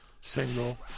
single